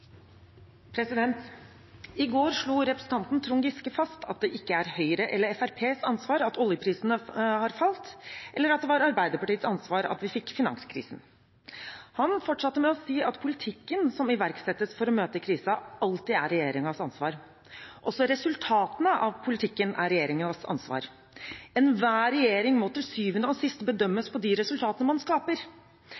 eller Fremskrittspartiets ansvar at oljeprisen har falt, eller at det var Arbeiderpartiets ansvar at vi fikk finanskrisen. Han fortsatte med å si at politikken som iverksettes for å møte kriser, alltid er regjeringens ansvar. Også resultatene av politikken er regjeringens ansvar. Enhver regjering må til syvende og sist bedømmes på de resultatene man skaper.